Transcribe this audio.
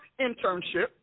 internship